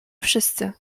wszyscy